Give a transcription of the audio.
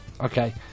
okay